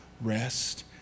rest